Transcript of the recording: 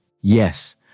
Yes